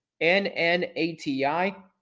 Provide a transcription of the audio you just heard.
N-N-A-T-I